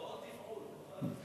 הוראות תפעול.